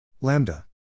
Lambda